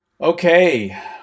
okay